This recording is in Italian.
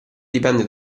dipende